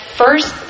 first